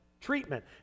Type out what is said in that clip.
treatment